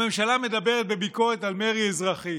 הממשלה מדברת בביקורת על מרי אזרחי,